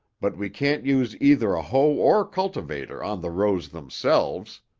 but we can't use either a hoe or cultivator on the rows themselves,